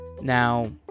now